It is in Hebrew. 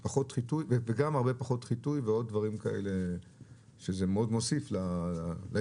גם הרבה פחות חיטוי ועוד דברים כאלה שזה מאוד מוסיף להתמודדות.